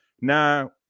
Now